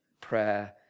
prayer